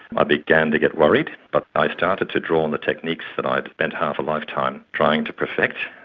i began to get worried, but i started to draw on the techniques that i'd spent half a lifetime trying to perfect,